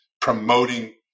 promoting